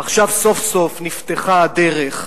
עכשיו סוף-סוף נפתחה הדרך,